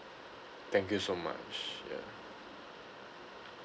thank you so much ya